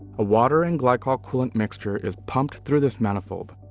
a water and glycol coolant mixture is pumped through this manifold,